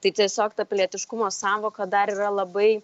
tai tiesiog ta pilietiškumo sąvoka dar yra labai